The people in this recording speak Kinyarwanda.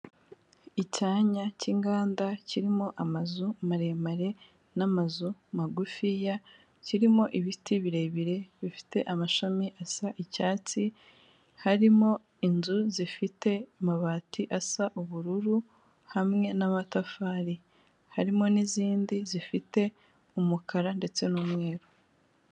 Icyanya cy'inganda kirimo amazu maremare n'amazu magufiya, kirimo ibiti birebire bifite amashami asa icyatsi, harimo inzu zifite amabati asa ubururu hamwe n'amatafari, harimo n'izindi zifite umukara ndetse n'umweru.